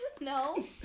No